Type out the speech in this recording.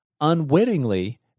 unwittingly